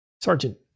Sergeant